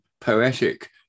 poetic